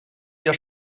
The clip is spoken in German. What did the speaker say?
wir